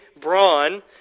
Braun